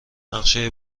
نقشه